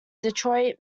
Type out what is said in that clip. detroit